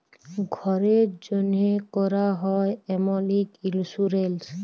ঘ্যরের জ্যনহে ক্যরা হ্যয় এমল ইক ইলসুরেলস